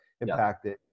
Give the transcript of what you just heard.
impacted